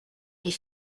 est